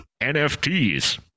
NFTs